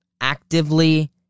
actively